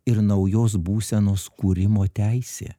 ir naujos būsenos kūrimo teisė